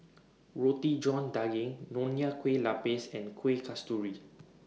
Roti John Daging Nonya Kueh Lapis and Kuih Kasturi